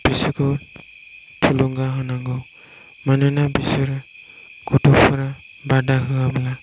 बिसोरखौ थुलुंगा होनांगौ मानोना बिसोरो गथ'फोरा बादा होआब्ला